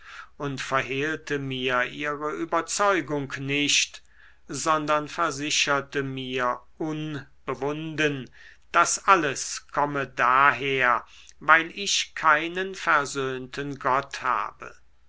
und verhehlte mir ihre überzeugung nicht sondern versicherte mir unbewunden das alles komme daher weil ich keinen versöhnten gott habe